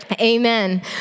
Amen